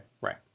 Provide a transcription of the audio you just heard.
right